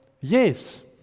Yes